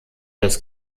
das